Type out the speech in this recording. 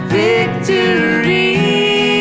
victory